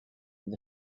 with